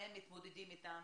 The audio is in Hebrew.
שהם מתמודדים איתם